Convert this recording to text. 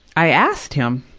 i asked him.